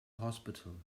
hospital